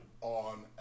On